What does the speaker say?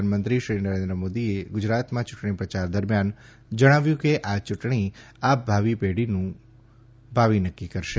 પ્રધાનમંત્રી શ્રી નરેન્દ્ર મોદીએ ગુજરાતમાં ચૂંટણી પ્રયાર દરમિયાન જણાવ્યું કે આ ચૂંટણી આ પેઢીનું ભાવિ નક્કી કરશે